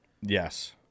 Yes